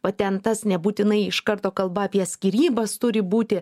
patentas nebūtinai iš karto kalba apie skyrybas turi būti